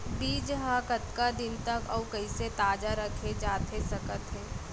बीज ह कतका दिन तक अऊ कइसे ताजा रखे जाथे सकत हे?